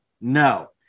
No